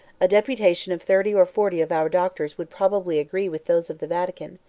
a deputation of thirty or forty of our doctors would probably agree with those of the vatican,